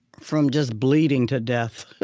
from just bleeding to death.